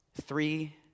Three